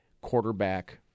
quarterback